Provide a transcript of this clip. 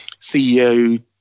CEO